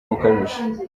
bukabije